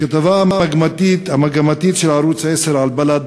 בכתבה המגמתית של ערוץ 10 על בל"ד,